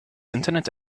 internet